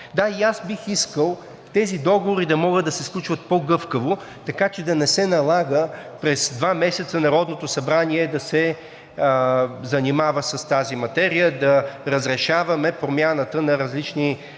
Да, и аз бих искал тези договори да могат да се сключват по-гъвкаво, така че да не се налага през два месеца Народното събрание да се занимава с тази материя – да разрешаваме промяната на различни